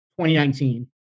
2019